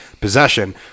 possession